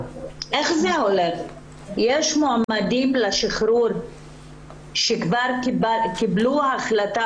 יש מועמדים לשחרור שכבר קיבלו החלטה